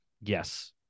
yes